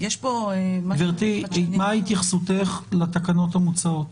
יש פה --- גברתי, נא התייחסותך לתקנות המוצעות.